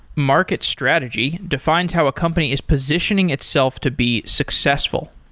market strategy defines how a company is positioning itself to be successful.